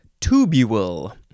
tubule